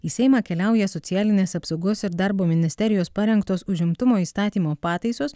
į seimą keliauja socialinės apsaugos ir darbo ministerijos parengtos užimtumo įstatymo pataisos